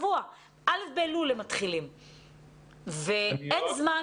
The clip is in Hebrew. א' באלול הם מתחילים ואין זמן פה.